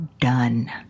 done